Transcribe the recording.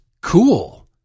cool